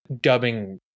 dubbing